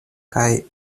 kaj